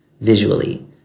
visually